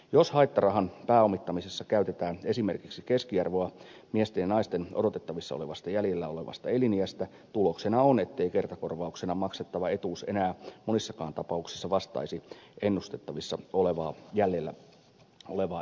jos haittarahan pääomittamisessa käytetään esimerkiksi keskiarvoa miesten ja naisten odotettavissa olevasta jäljellä olevasta eliniästä tuloksena on ettei kertakorvauksena maksettava etuus enää monissakaan tapauksissa vastaisi ennustettavissa jäljellä olevaa elinaikaa